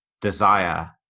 desire